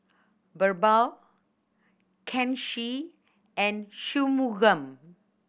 Birbal Kanshi and Shunmugam